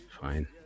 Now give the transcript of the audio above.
Fine